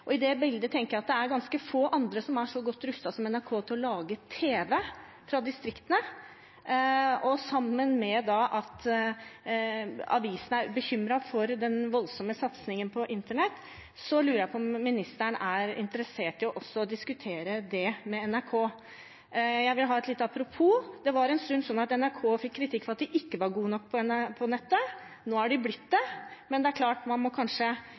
I det bildet er det kanskje få andre som er så godt rustet som NRK til å lage TV fra distriktene, og samtidig som avisene er bekymret for den voldsomme satsingen på internett, lurer jeg på om statsråden er interessert i å diskutere det med NRK. Jeg vil ta et lite apropos: En stund fikk NRK kritikk for at de ikke var gode nok på nett. Nå har de blitt det, men det er klart man kanskje må